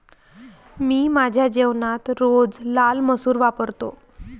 मी माझ्या जेवणात रोज लाल मसूर वापरतो